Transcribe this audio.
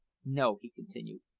no, he continued,